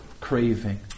craving